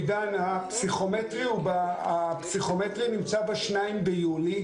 עידן, הפסיכומטרי יהיה ב-2 ו-3 ביולי.